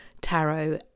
tarot